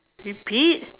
repeat